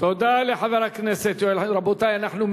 תודה לחבר הכנסת יואל חסון.